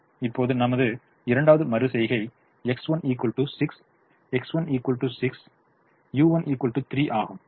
இப்போது நமது 2 வது மறு செய்கை X1 6 X1 6 u1 3 ஆகும்